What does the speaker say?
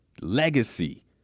legacy